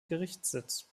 gerichtssitz